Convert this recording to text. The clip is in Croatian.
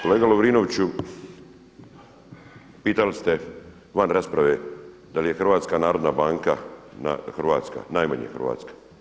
Kolega Lovrinoviću, pitali ste van rasprave da li je HNB hrvatska, najmanje hrvatske.